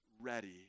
ready